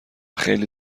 خیلی